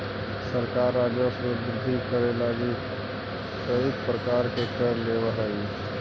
सरकार राजस्व वृद्धि करे लगी कईक प्रकार के कर लेवऽ हई